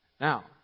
Now